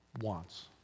wants